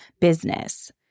business